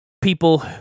people